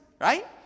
right